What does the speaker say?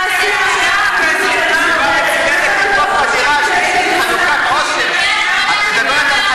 תעשייה שלא מספיק מתוקצבת ומעודדת,